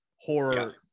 horror